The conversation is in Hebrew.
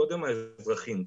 קודם האזרחים,